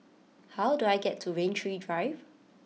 how do I get to Rain Tree Drive